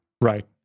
Right